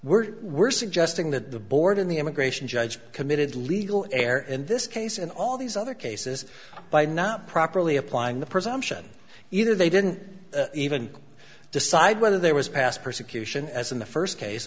we're we're suggesting that the board in the immigration judge committed legal error in this case and all these other cases by not properly applying the presumption either they didn't even decide whether there was past persecution as in the first case